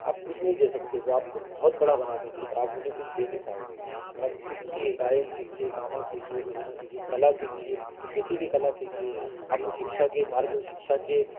आप कुछ नहीं दे सकते हो वे आपको बहोत बड़ा बना देंगे पर आप उन्हें कुछ दे नहीं पाओगे और आप सीखिए गायन सीखिए गाना सीखिए बजाना सीखिए कला सीखिए कैसी भी कला सीखिए आपको शिक्षा के मार्ग शिक्षा के